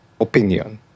opinion